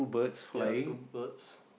ya two birds